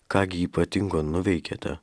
ką gi ypatingo nuveikiate